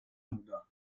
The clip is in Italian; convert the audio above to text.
nuda